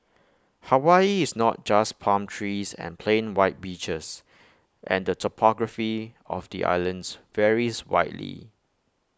Hawaii is not just palm trees and plain white beaches and the topography of the islands varies widely